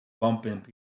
bumping